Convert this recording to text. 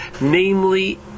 Namely